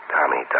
Tommy